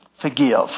Forgive